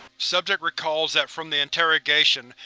subject recalls that from the interrogation,